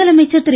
முதலமைச்சா் திரு